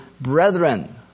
brethren